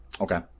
okay